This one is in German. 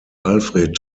alfred